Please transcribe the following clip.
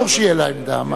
אסור שתהיה לה עמדה.